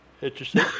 interesting